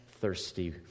thirsty